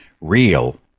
real